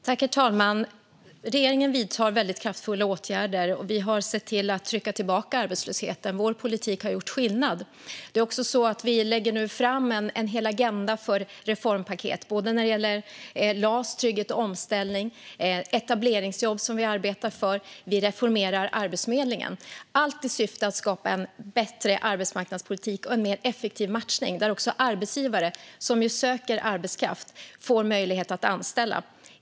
Herr talman! Regeringen vidtar väldigt kraftfulla åtgärder, och vi har tryckt tillbaka arbetslösheten. Vår politik har gjort skillnad. Vi lägger nu fram en hel agenda för reformpaket för LAS, trygghet och omställning, etableringsjobb och Arbetsförmedlingen - allt i syfte att skapa en bättre arbetsmarknadspolitik och en mer effektiv matchning så att också arbetsgivare som söker arbetskraft får möjlighet att anställa.